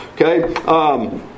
Okay